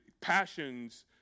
passions